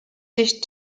sich